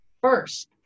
First